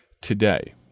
today